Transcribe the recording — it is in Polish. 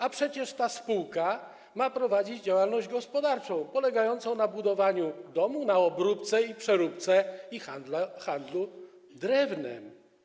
A przecież ta spółka ma prowadzić działalność gospodarczą polegającą na budowaniu domów, na obróbce, przeróbce i handlu drewnem.